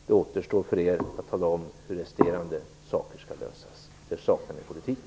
Det återstår för er att tala om hur resterande frågor skall lösas. Där saknar ni politik.